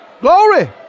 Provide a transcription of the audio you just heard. Glory